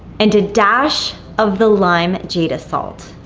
and a dash of the lime jada salt.